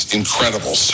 incredible